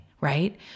right